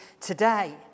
today